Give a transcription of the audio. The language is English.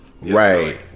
Right